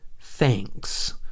Thanks